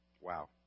Wow